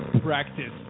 Practice